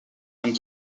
and